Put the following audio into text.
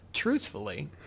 Truthfully